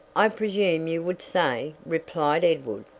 i presume you would say, replied edward.